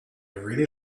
really